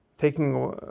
Taking